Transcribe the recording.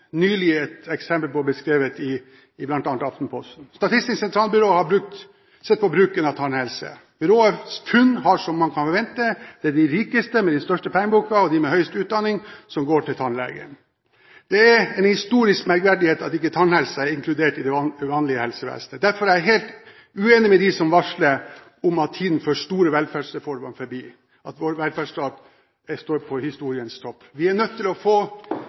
nylig fått beskrevet eksempler på i bl.a. Aftenposten. Statistisk sentralbyrå har sett på bruken av tannhelsetjenester. Byråets funn er som man kan forvente: Det er de rikeste med de største pengebøkene og de med høyest utdanning som går til tannlegen. Det er en historisk merkverdighet at ikke tannhelse er inkludert i det vanlige helsevesenet. Derfor er jeg helt uenig med dem som varsler at tiden for store velferdsreformer er forbi, at vår velferdsstat står på historiens topp. Vi er nødt til å få